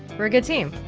we're a good team,